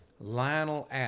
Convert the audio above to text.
Lionel